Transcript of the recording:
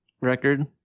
record